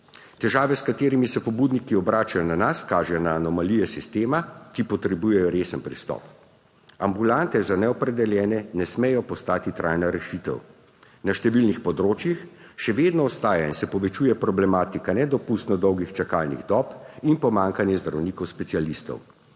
Težave, s katerimi se pobudniki obračajo na nas, kažejo na anomalije sistema, ki potrebujejo resen pristop. Ambulante za neopredeljene ne smejo postati trajna rešitev. Na številnih področjih še vedno ostaja in se povečuje problematika nedopustno dolgih čakalnih dob in pomanjkanje zdravnikov specialistov.